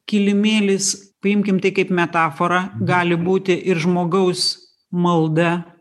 kilimėlis priimkim tai kaip metaforą gali būti ir žmogaus malda